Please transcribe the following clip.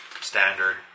standard